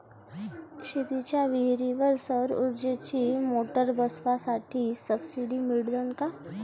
शेतीच्या विहीरीवर सौर ऊर्जेची मोटार बसवासाठी सबसीडी मिळन का?